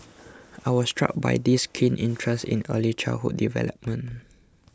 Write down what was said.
I was struck by this keen interest in early childhood development